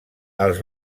els